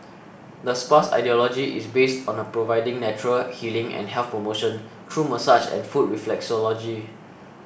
the spa's ideology is based on a providing natural healing and health promotion through massage and foot reflexology